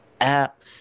app